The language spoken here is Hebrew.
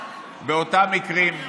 באותם מקרים,